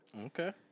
Okay